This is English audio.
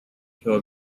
kill